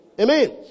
Amen